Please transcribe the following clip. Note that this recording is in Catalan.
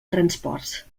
transports